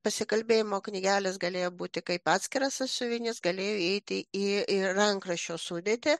pasikalbėjimų knygelės galėjo būti kaip atskiras sąsiuvinis galėjo įeiti į rankraščio sudėtį